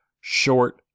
short